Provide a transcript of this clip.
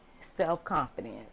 Self-confidence